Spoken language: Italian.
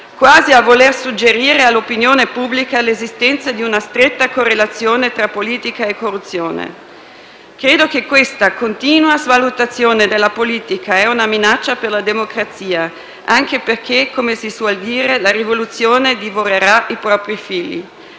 quasi a voler suggerire all'opinione pubblica l'esistenza di una stretta correlazione tra politica e corruzione. Credo che questa continua svalutazione della politica sia una minaccia per la democrazia, anche perché, come si suol dire, la rivoluzione divorerà i propri figli.